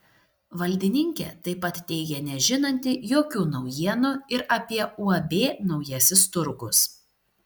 valdininkė taip pat teigė nežinanti jokių naujienų ir apie uab naujasis turgus